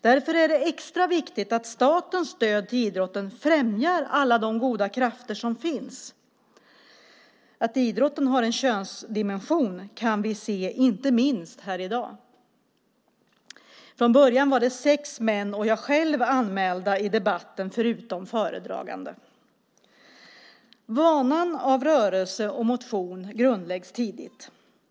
Därför är det extra viktigt att statens stöd till idrotten främjar alla de goda krafter som finns. Att idrotten har en könsdimension kan vi se inte minst här i dag. Från början var det sex män och jag själv anmälda till debatten, förutom föredragande. Vanan av rörelse och motion grundläggs tidigt.